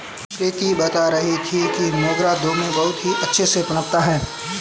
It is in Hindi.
प्रीति बता रही थी कि मोगरा धूप में बहुत ही अच्छे से पनपता है